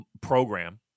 program